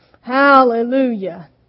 Hallelujah